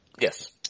Yes